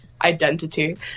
identity